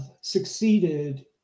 succeeded